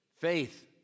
Faith